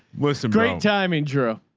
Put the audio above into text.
well, some great timing. drew